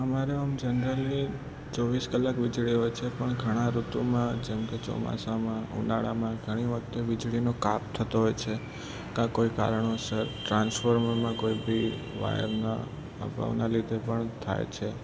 અમારે આમ જનરલી ચોવીસ કલાક વીજળી હોય છે પણ ઘણી ઋતુમાં જેમ કે ચોમાસામાં ઉનાળામાં ઘણી વખતે વીજળીનો કાપ થતો હોય છે કાં કોઈ કારણોસર ટ્રાન્સફોર્મરમાં કોઈ ભી વાયરના અભાવના લીધે પણ થાય છે